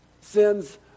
sins